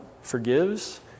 forgives